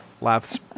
laughs